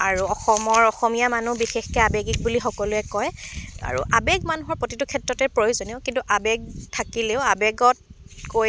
আৰু অসমৰ অসমীয়া মানুহ বিশেষকে আবেগিক বুলি সকলোৱে কয় আৰু আবেগ মানুহৰ প্ৰতিটো ক্ষেত্ৰতে প্ৰয়োজনীয় কিন্তু আবেগ থাকিলেও আবেগতকৈ